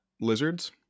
lizards